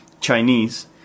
Chinese